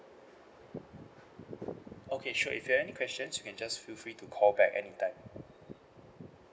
okay sure if you have any questions you can just feel free to call back anytime